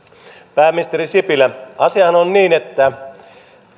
pääministeri sipilä asiahan on niin että